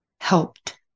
helped